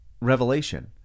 revelation